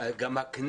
אלא גם הכנסת.